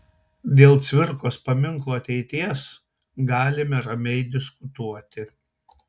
dėl cvirkos paminklo ateities galime ramiai diskutuoti